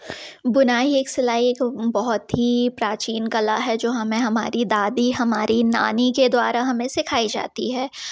बुनाई एक सिलाई एक बहुत ही प्राचीन कला है जो हमें हमारी दादी हमारी नानी के द्वारा हमें सिखाई जाती है